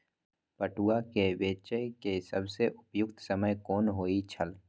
पटुआ केय बेचय केय सबसं उपयुक्त समय कोन होय छल?